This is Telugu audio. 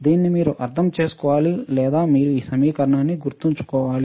దీనిని మీరు అర్థం చేసుకోవాలి లేదా మీరు ఈ సమీకరణాన్ని గుర్తుంచుకోవాలి